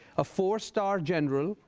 a four-star general,